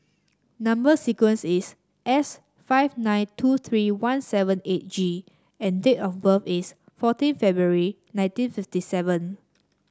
number sequence is S five nine two three one seven eight G and date of birth is fourteen February nineteen fifty seven